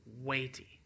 weighty